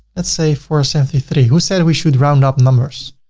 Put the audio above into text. let's say for a seventy three, who said we should round up numbers,